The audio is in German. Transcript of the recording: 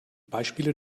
beispiele